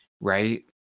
right